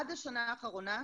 עד השנה האחרונה,